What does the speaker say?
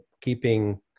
keeping